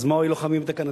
אז מה הועילו חכמים בתקנתם?